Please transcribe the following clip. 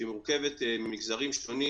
שהיא מורכבת ממגזרים שונים